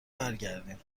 برگردیم